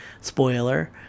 Spoiler